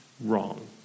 wrong